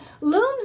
looms